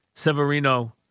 Severino